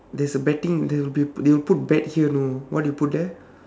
there's a betting they will they will put bet here you know what you put there